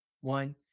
One